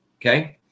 okay